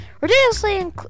ridiculously